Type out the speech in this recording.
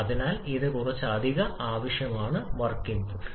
അതിനാൽ ഇതിന് കുറച്ച് അധിക തുക ആവശ്യമാണ് വർക്ക് ഇൻപുട്ട്